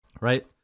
Right